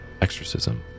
exorcism